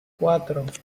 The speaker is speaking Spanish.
cuatro